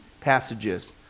passages